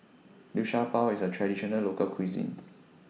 Liu Sha Bao IS A Traditional Local Cuisine